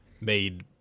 made